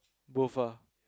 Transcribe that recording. both ah